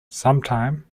sometime